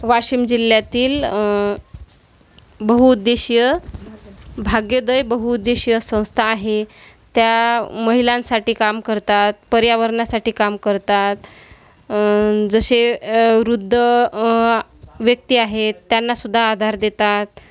वाशिम जिल्ह्यातील बहुउद्देशीय भाग्योदय बहुउद्देशीय संस्था आहे त्या महिलांसाठी काम करतात पर्यावरणासाठी काम करतात जसे वृद्ध व्यक्ती आहे त्यांना सुद्धा आधार देतात